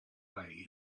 way